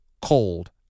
cold